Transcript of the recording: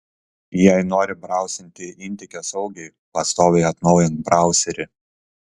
jei nori brausinti intike saugiai pastoviai atnaujink brauserį